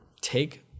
Take